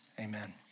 Amen